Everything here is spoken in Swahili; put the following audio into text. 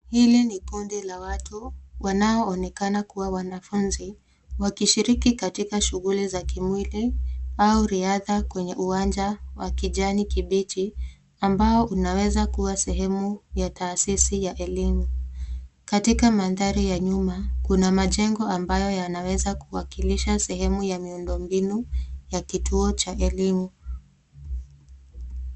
Hili ni kundi la watu wanaoonekana kuwa wanafunzi wakishiriki katika shughuli za kimwili au riadha kwenye uwanja wa kijani kibichi ambao unaweza kuwa sehemu ya taasisi ya elimu. Katika mandhari ya nyuma kuna majengo ambayo yanaweza kuwakilisha sehemu ya miundombinu ya kituo cha elimu.